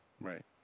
Right